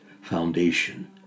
foundation